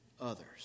others